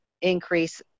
increase